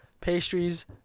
pastries